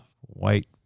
white